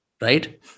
right